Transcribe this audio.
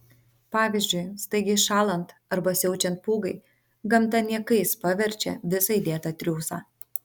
pavyzdžiui staigiai šąlant arba siaučiant pūgai gamta niekais paverčia visą įdėtą triūsą